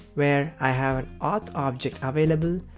where i have an auth object available,